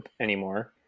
anymore